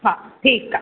हा ठीकु आहे